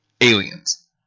Aliens